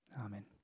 Amen